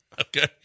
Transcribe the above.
Okay